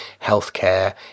healthcare